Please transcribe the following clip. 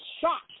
shocked